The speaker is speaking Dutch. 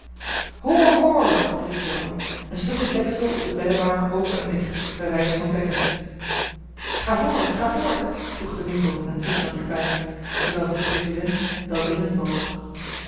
riep jo en sloeg het deksel op den beddewarmer open en dicht bij wijze van bekkens ga voort ga voort voegden winkle en tupman er bij terwijl de president welwillend boog